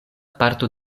parto